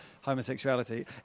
homosexuality